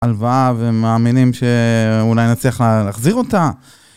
הלוואה ומאמינים שאולי נצליח להחזיר אותה